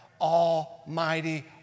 almighty